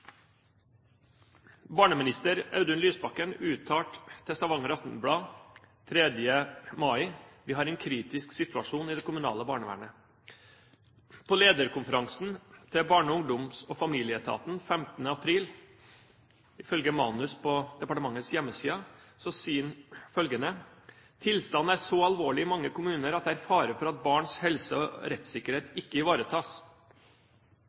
Barneminister Audun Lysbakken uttalte til Stavanger Aftenblad 3. mai: «Vi har en kritisk situasjon i det kommunale barnevernet.» På lederkonferansen til Barne-, ungdoms- og familieetaten 15. april, ifølge manus på departementets hjemmeside, sier han følgende: «Tilstanden er så alvorlig i mange kommuner at det er fare for at barns helse og